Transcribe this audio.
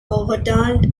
overturned